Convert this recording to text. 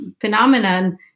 phenomenon